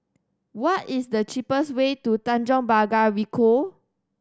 what is the cheapest way to Tanjong Pagar Ricoh